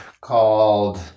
called